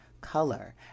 color